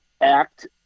act